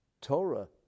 Torah